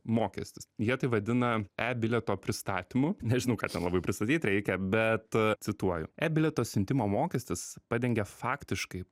mokestis jie tai vadina e bilieto pristatymu nežinau ką ten labai pristatyt reikia bet cituoju e bilieto siuntimo mokestis padengia faktiškai